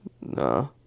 nah